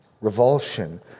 revulsion